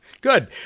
Good